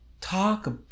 talk